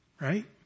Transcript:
Right